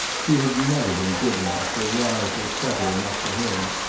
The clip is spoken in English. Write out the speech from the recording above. she had never been good enough, or wise or clever enough, for him.